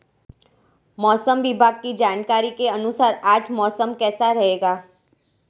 मौसम विभाग की जानकारी के अनुसार आज मौसम कैसा रहेगा?